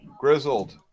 Grizzled